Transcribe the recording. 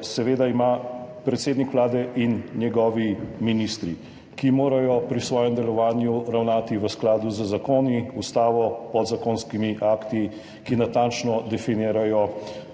seveda ima predsednik Vlade in njegovi ministri, ki morajo pri svojem delovanju ravnati v skladu z zakoni, ustavo, podzakonskimi akti, ki natančno definirajo